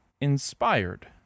inspired